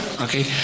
Okay